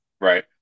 Right